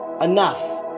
enough